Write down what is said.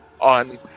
on